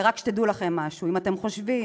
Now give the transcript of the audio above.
ורק תדעו לכם משהו, אם אתם חושבים